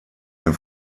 den